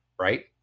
right